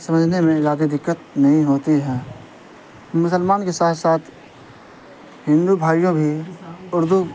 سمجھنے میں زیادہ دقت نہیں ہوتی ہیں مسلمان کے ساتھ ساتھ ہندو بھائیوں بھی اردو